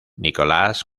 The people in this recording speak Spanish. nicolás